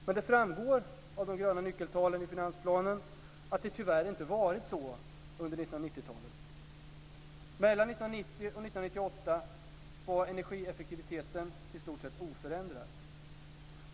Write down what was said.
Men det framgår av de gröna nyckeltalen i finansplanen att det tyvärr inte varit så under 1990-talet. Mellan 1990 och 1998 var energieffektiviteten i stort sett oförändrad.